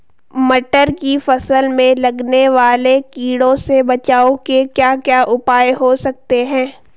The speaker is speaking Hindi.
मटर की फसल में लगने वाले कीड़ों से बचाव के क्या क्या उपाय हो सकते हैं?